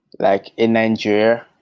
like in nigeria,